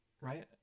Right